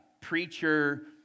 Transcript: preacher